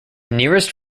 nearest